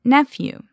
Nephew